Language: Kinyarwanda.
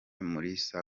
mulisa